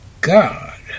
God